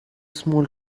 small